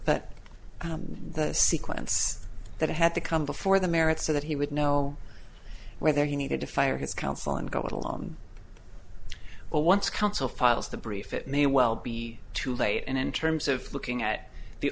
but the sequence that had to come before the merits so that he would know whether he needed to fire his counsel and go it alone well once counsel files the brief it may well be too late and in terms of looking at the